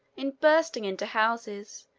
in bursting into houses,